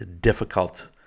difficult